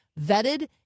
vetted